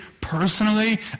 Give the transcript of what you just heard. personally